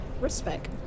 Respect